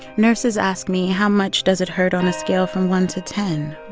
nurses ask me how much does it hurt on a scale from one to ten?